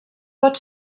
pot